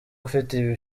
ufite